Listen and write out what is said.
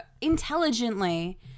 intelligently